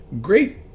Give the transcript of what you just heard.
great